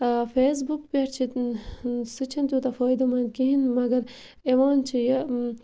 Facebook پٮ۪ٹھ چھِ سُہ چھُنہٕ تیوٗتاہ فٲیدٕ منٛد کِہیٖنۍ مگر یِوان چھُ یہِ